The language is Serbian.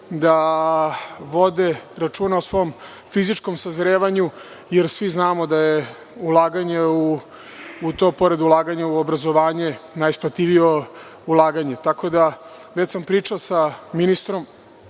da vode računa o svom fizičkom sazrevanju, jer svi znamo da je ulaganje u to, pored ulaganja u obrazovanje, najisplativije ulaganje. Već sam pričao sa ministrom